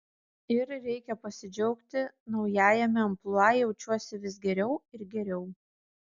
ir reikia pasidžiaugti naujajame amplua jaučiuosi vis geriau ir geriau